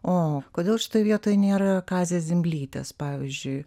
o kodėl šitoj vietoj nėra kazės zimblytės pavyzdžiui